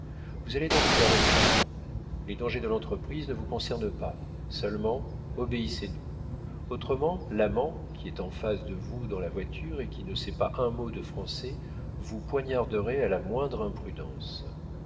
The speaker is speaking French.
vous allez donc faire l'accouchement les dangers de l'entreprise ne vous concernent pas seulement obéissez nous autrement l'amant qui est en face de vous dans la voiture et qui ne sait pas un mot de français vous poignarderait à la moindre imprudence